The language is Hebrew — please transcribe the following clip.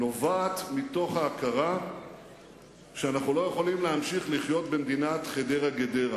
נובעת מההכרה שאנחנו לא יכולים להמשיך לחיות במדינת חדרה גדרה,